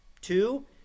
Two